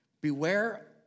Beware